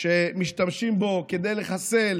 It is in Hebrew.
שמשתמשים בו כדי לחסל